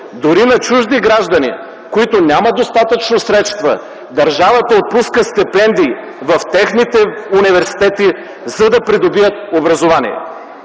дори на чужди граждани, които нямат достатъчно средства, държавата отпуска стипендии в техните университети, за да придобият образование.